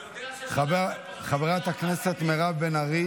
הוא יודע ששלחת פרחים לאחמד טיבי,